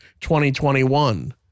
2021